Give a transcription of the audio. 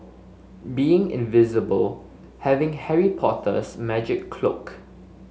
being invisible having Harry Potter's magic cloak